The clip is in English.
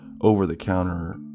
over-the-counter